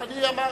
בבקשה.